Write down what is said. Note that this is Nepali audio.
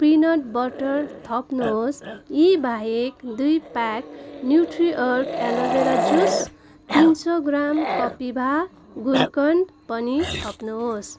पिनट बटर थप्नुहोस् यीबाहेक दुई प्याक न्युट्रिअर्क एलोभेरा जुस तिन सय ग्राम कपिभा गुल्कन्द पनि थप्नुहोस्